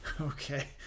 Okay